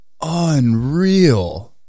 Unreal